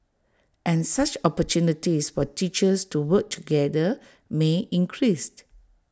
and such opportunities for teachers to work together may increased